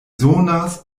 sonas